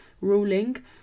ruling